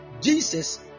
Jesus